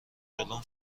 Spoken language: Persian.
جلوم